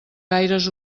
gaires